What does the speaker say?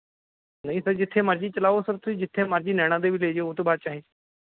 ਨਹੀਂ ਸਰ ਜਿੱਥੇ ਮਰਜ਼ੀ ਚਲਾਉ ਸਰ ਤੁਸੀਂ ਜਿੱਥੇ ਮਰਜ਼ੀ ਨੈਣਾਂ ਦੇਵੀ ਲੈ ਜਾਉ ਉਹ ਤੋਂ ਬਾਅਦ ਚਾਹੇ